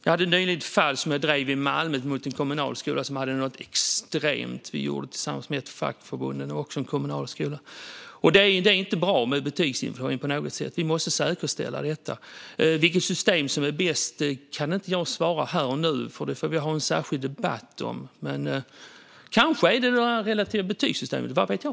Jag drev nyligen ett fall i Malmö mot en kommunal skola som hade extrem betygsinflation. Det gjorde vi tillsammans med ett fackförbund. Det var också en kommunal skola. Betygsinflation är inte bra på något sätt. Vi måste säkerställa detta. Vilket system som är bäst kan jag inte svara på här och nu. Det får vi ha en särskild debatt om. Men kanske är det det relativa betygssystemet. Vad vet jag?